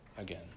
again